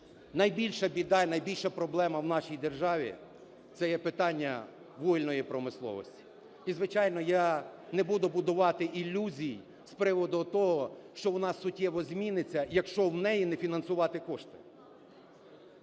Найбільша біда і найбільша проблема в нашій державі – це є питання вугільної промисловості. І, звичайно, я не буду будувати ілюзій з приводу того, що вона суттєво зміниться, якщо в неї не фінансувати кошти.